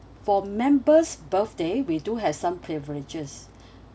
for members birthday we do have some privileges